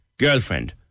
girlfriend